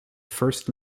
first